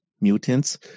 mutants